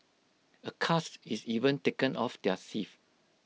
A cast is even taken of their thief